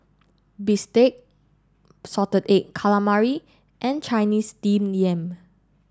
Bistake Salted Egg Calamari and Chinese Steamed Yam